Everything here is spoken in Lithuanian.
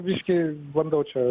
biškį bandau čia